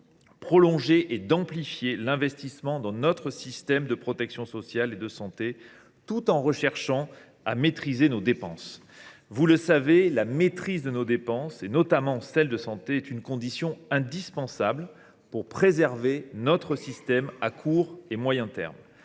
prolonger et d’amplifier l’investissement dans notre système de protection sociale et de santé, tout en cherchant à maîtriser nos dépenses. Vous le savez, la maîtrise des dépenses, notamment celles de santé, est une condition indispensable pour préserver notre système à court et moyen terme.